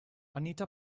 anita